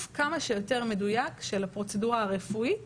כמה שיותר מדויק של הפרוצדורה רפואית